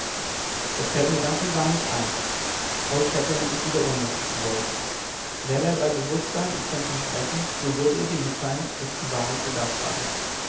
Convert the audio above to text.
das fällt mir ganz und gar nicht ein old shatterhand ist wieder ohnmächtig geworden wäre er bei bewußtsein und könnte er sprechen so würde er dir mitteilen daß ich die wahrheit gesagt habe